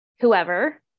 whoever